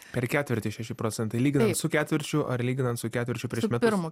per ketvirtį šeši procentai lyginant su ketvirčiu ar lyginant su ketvirčiu prieš metus